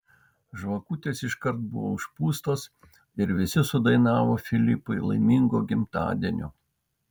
žvakutės iškart buvo užpūstos ir visi sudainavo filipui laimingo gimtadienio